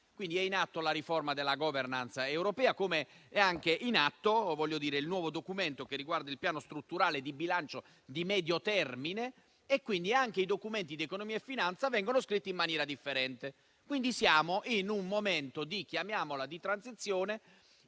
È in atto la riforma della *governance* europea, come è anche in atto il nuovo documento riguardante il Piano strutturale di bilancio di medio termine. Quindi, anche i documenti di economia e finanza vengono scritti in maniera differente e siamo in un momento di transizione.